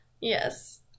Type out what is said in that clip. Yes